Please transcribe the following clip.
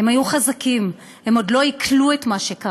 הם היו חזקים, הם עוד לא עיכלו את מה שקרה.